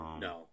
No